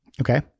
okay